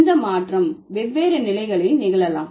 இந்த மாற்றம் வெவ்வேறு நிலைகளில் நிகழலாம்